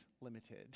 limited